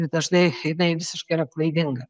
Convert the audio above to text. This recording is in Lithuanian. dažnai jinai visiškai yra klaidinga